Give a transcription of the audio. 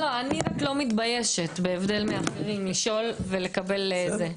לא, אני רק לא מתביישת לשאול ולקבל תשובה.